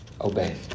obey